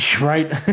right